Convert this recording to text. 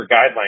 guidelines